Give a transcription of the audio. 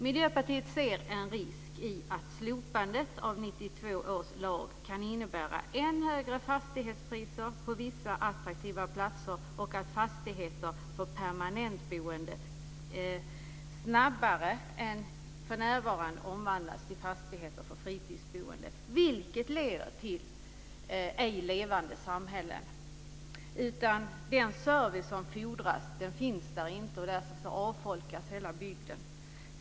Miljöpartiet ser en risk i att slopandet av 1992 års lag kan innebära ännu högre fastighetspriser på vissa attraktiva platser och att fastigheter för permanentboende snabbare än för närvarande omvandlas till fastigheter för fritidsboende. Detta leder till ej levande samhällen. Den service som fordras finns inte där, och därför avfolkas hela bygder.